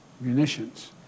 munitions